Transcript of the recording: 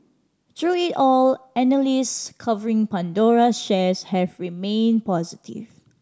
through it all analysts covering Pandora's shares have remained positive